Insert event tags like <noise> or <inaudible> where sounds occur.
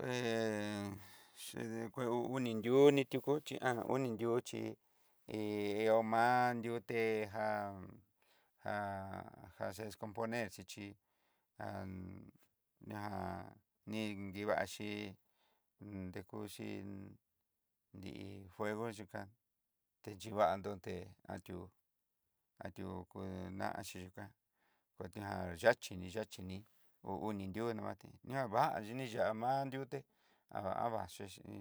Kué <hesitation> chede kue hú uni nriuni tukoxi <hesitation> ni nrió chí ihó homan diuté jan jan jaxia descomponer xichí <hesitation> ñá ni nrivaxhí, nrekuxhi iin fuego yukan texhivandó té, ati'ó ati'ó kue naxhí yukan, kuan yaxhi ni yaxhi ní hu uni nrió navaté ña'a vaxhi ni ya'a vaa nriute <hesitation> <hesitation> xhexi ní,